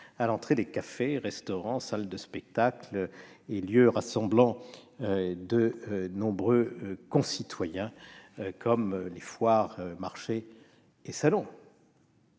à l'entrée des cafés, restaurants, salles de spectacles et lieux rassemblant de nombreux concitoyens, tels les foires, marchés et salons.